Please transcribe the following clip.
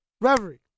Reverie